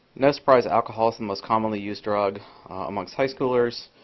no surprise alcohol is the most commonly used drug amounts high schoolers.